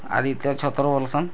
ଆଦିତ୍ୟ ଛତର ବୋଲୁସନ୍